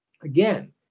again